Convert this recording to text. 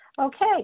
Okay